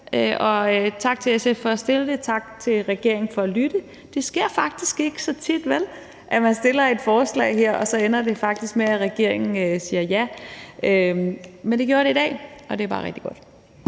Tak til SF for at fremsætte forslaget, og tak til regeringen for at lytte. Det sker faktisk ikke så tit – vel? – at man fremsætter et forslag her, og at det så faktisk ender med, at regeringen siger ja, men det gjorde den i dag, og det er bare rigtig godt.